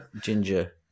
ginger